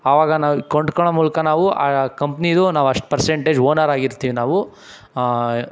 ಆವಾಗ ನಾವು ಕೊಂಡ್ಕೊಳೋ ಮೂಲಕ ನಾವು ಆ ಕಂಪ್ನಿದು ನಾವು ಅಷ್ಟು ಪರ್ಸಂಟೇಜ್ ಓನರ್ ಆಗಿರ್ತೀವಿ ನಾವು